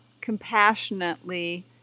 compassionately